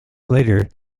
later